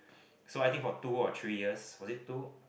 so I think for two or three years was it two